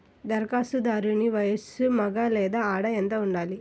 ధరఖాస్తుదారుని వయస్సు మగ లేదా ఆడ ఎంత ఉండాలి?